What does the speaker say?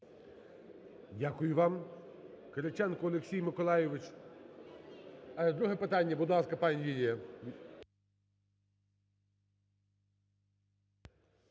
Дякую вам.